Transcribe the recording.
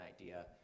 idea